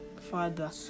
Father